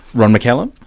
ron mccallum?